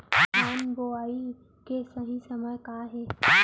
धान बोआई के सही समय का हे?